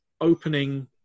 opening